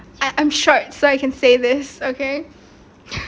ah I'm short so I can say this okay